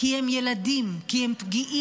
כי הם ילדים, כי הם פגיעים.